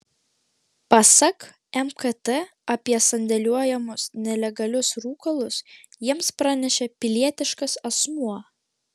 pasak mkt apie sandėliuojamus nelegalius rūkalus jiems pranešė pilietiškas asmuo